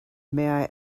may